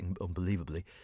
unbelievably